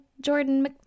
jordan